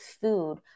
food